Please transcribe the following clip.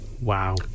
Wow